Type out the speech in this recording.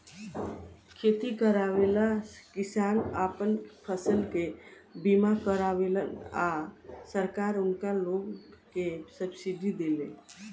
खेती करेवाला किसान आपन फसल के बीमा करावेलन आ सरकार उनका लोग के सब्सिडी देले